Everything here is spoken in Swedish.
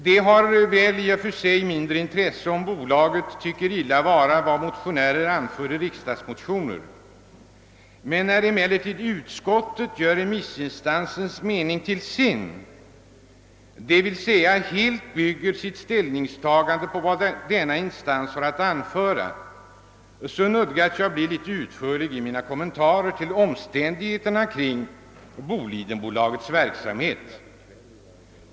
Det har väl i och för sig mindre intresse om bolaget tycker illa vara att motionärer anför vissa synpunkter, men när utskottet gör remissinstansens mening till sin — d.v.s. helt bygger sitt ställningstagande på vad denna instans har att anföra — nödgas jag bli rätt utförlig i mina kommentarer till omständigheterna kring Bolidenbolagets verksamhet.